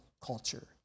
culture